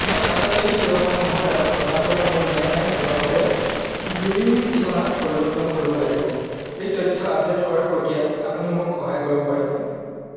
মই টাটা টেলি সেৱাসমূহৰদ্বাৰা প্ৰদান কৰা মোৰ লেণ্ডলাইন সেৱাৰ বাবে বিলিং ঠিকনাত পৰিৱৰ্তন কৰিব লাগিব এই তথ্য আপডেট কৰাৰ প্ৰক্ৰিয়াত আপুনি মোক সহায় কৰিব পাৰিবনে